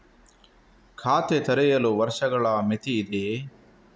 ಖಾತೆ ತೆರೆಯಲು ವರ್ಷಗಳ ಮಿತಿ ಇದೆಯೇ?